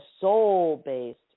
soul-based